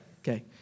Okay